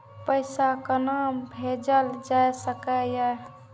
पैसा कोना भैजल जाय सके ये